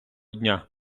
дня